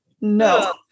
no